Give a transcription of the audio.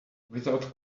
without